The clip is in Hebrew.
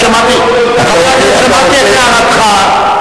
שמעתי את הערתך,